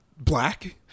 black